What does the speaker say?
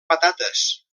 patates